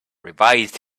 revised